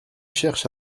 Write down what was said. cherche